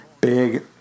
big